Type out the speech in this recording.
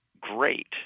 great